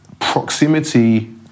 Proximity